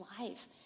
life